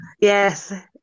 Yes